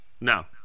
No